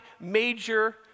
major